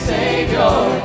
Savior